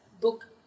book